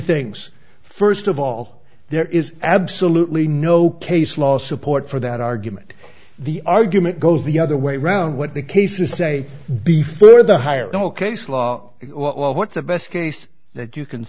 things first of all there is absolutely no case law support for that argument the argument goes the other way round what the cases say be further higher no case law what's the best case that you can